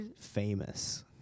famous